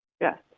Yes